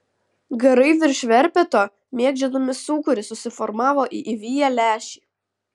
garai virš verpeto mėgdžiodami sūkurį susiformavo į įviją lęšį